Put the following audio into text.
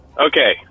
Okay